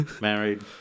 married